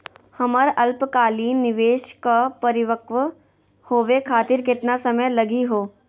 हमर अल्पकालिक निवेस क परिपक्व होवे खातिर केतना समय लगही हो?